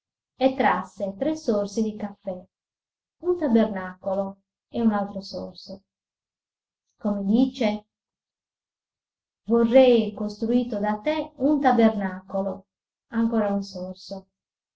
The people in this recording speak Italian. e trasse tre sorsi di caffè un tabernacolo e un altro sorso come dice vorrei costruito da te un tabernacolo ancora un sorso